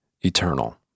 Eternal